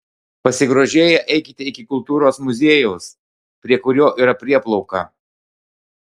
pasigrožėję eikite iki kultūros muziejaus prie kurio yra prieplauka